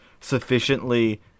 sufficiently